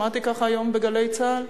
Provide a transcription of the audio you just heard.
שמעתי כך היום ב"גלי צה"ל".